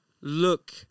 look